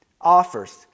offers